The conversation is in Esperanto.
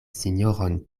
sinjoron